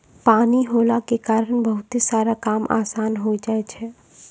पानी होला के कारण बहुते सारा काम आसान होय जाय छै